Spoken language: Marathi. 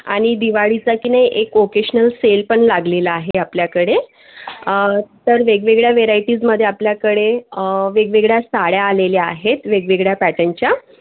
आणि दिवाळीचा की नाही एक ओकेशनल सेल पण लागलेला आहे आपल्याकडे तर वेगवेगळ्या व्हेरायटीजमध्ये आपल्याकडे वेगवेगळ्या साड्या आलेल्या आहेत वेगवेगळ्या पॅटर्नच्या